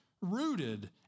rooted